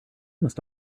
must